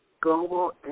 global